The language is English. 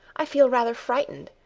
i feel rather frightened.